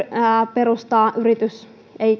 perustaa yritys